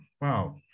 wow